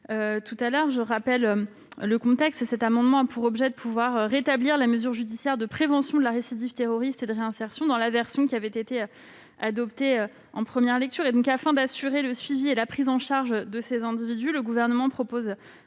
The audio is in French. tout à l'heure, l'amendement n° 87 a pour objet de rétablir la mesure judiciaire de prévention de la récidive terroriste et de réinsertion dans la version adoptée en première lecture. Afin d'assurer le suivi et la prise en charge de ces individus, le Gouvernement propose